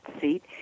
seat